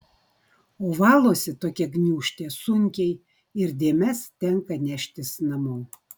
o valosi tokia gniūžtė sunkiai ir dėmes tenka neštis namo